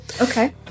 Okay